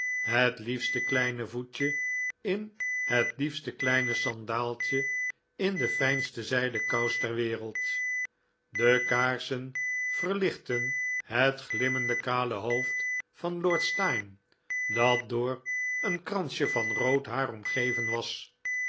het liefste kleine voetje in het liefste kleine sandaaltje in de fljnste zijden kous ter wereld de kaarsen verlichtten het glimmende kale hoofd van lord steyne dat door een kransje van rood haar omgeven was